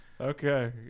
Okay